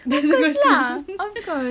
of course lah of course